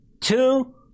two